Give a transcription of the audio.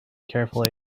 carefully